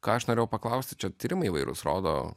ką aš norėjau paklausti čia tyrimai įvairūs rodo